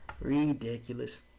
Ridiculous